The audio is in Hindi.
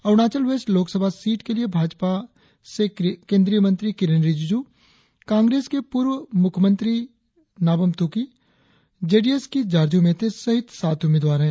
अरुणाचल वेस्ट लोकसभा सीट के लिए भाजपा से केंद्रीय मंत्री किरेन रिजिज् कांग्रेस के पूर्व मुख्यमंत्री नाबाम तुकी जेडीएस की जारज़्म एते सहित सात उम्मीदवार है